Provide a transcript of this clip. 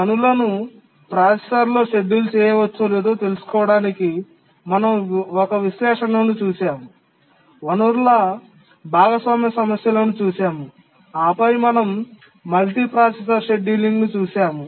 పనులను ప్రాసెసర్లో షెడ్యూల్ చేయవచ్చో లేదో తెలుసుకోవడానికి మనం ఒక విశ్లేషణను చూశాము వనరుల భాగస్వామ్య సమస్యలను చూశాము ఆపై మనం మల్టీప్రాసెసర్ షెడ్యూలింగ్ను చూశాము